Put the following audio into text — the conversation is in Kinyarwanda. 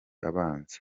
abanza